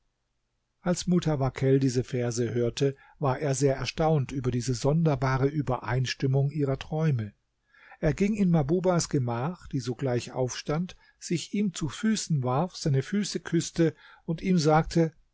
als mutawakkel diese verse hörte war er sehr erstaunt über diese sonderbare übereinstimmung ihrer träume er ging in mahbubahs gemach die sogleich aufstand sich ihm zu füßen warf seine füße küßte und ihm sagte